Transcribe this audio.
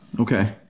Okay